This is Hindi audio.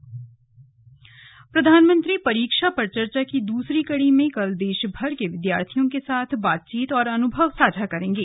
स्लग परीक्षा पर चर्चा प्रधानमंत्री परीक्षा पर चर्चा की दूसरी कड़ी में कल देश भर के विद्यार्थियों के साथ बातचीत और अनुभव साझा करेंगे